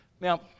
Now